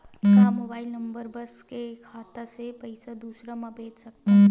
का mobile number बस से खाता से पईसा दूसरा मा भेज सकथन?